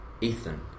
Ethan